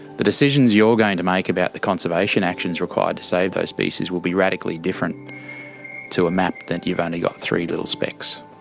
the decisions you're going to make about the conservation actions required to save those species will be radically different to a map that you've only got three little specks.